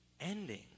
ending